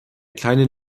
kleinen